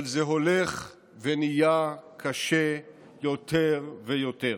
אבל זה הולך ונהיה קשה יותר ויותר.